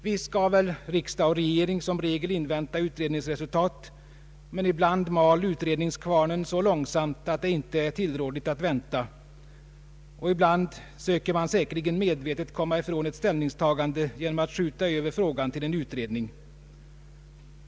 Visst skall riksdag och regering som regel invänta utredningsresultat, men ibland mal utredningskvarnen så långsamt att det inte är tillrådligt att vänta, och ibland söker man säkerligen medvetet komma ifrån ett ställningstagande genom att skjuta över frågan till en utredning.